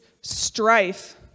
strife